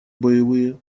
боевые